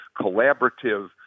collaborative